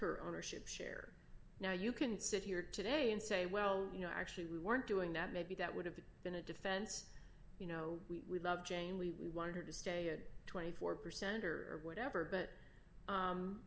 her ownership share now you can sit here today and say well you know actually we weren't doing that maybe that would have been a defense you know we love jane we want her to stay at twenty four percent or whatever but